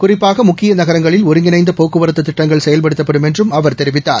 குறிப்பாக முக்கிய நகரங்களில் ஒருங்கிணைந்த போக்குவரத்து திட்டங்கள் செயல்படுத்தப்படும் என்றும் அவர் தெரிவித்தார்